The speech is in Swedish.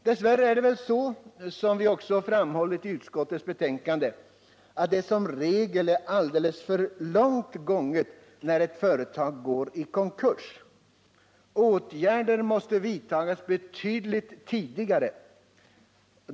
Dess värre är det väl så, som vi också framhållit i utskottets betänkande, att det som regel är alldeles för långt gånget när ett företag går i konkurs. Åtgärder måste vidtas betydligt tidigare.